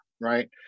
right